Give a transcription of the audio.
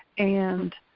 and